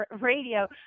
radio